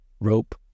rope